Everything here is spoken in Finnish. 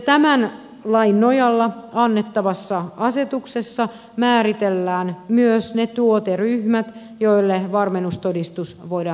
tämän lain nojalla annettavassa asetuksessa määritellään myös ne tuoteryhmät joille varmennustodistus voidaan myöntää